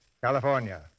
California